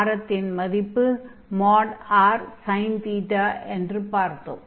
ஆரத்தின் மதிப்பு rsin θ என்று பார்த்தோம்